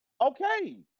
Okay